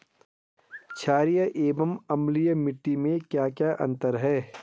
छारीय एवं अम्लीय मिट्टी में क्या क्या अंतर हैं?